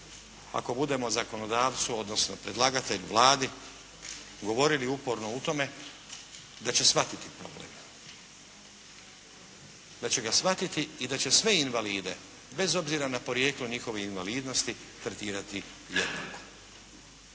ako budemo zakonodavcu odnosno predlagatelju Vladi govorili uporno o tome, da će shvatiti problem. Da će ga shvatiti i da će sve invalide bez obzira na porijeklo njihove invalidnosti tretirati jednako.